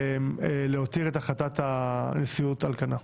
ולהותיר את החלטת הנשיאות על כנה.